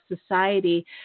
Society